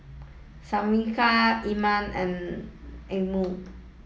Syafiqah Iman and Anuar